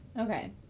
okay